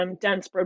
dense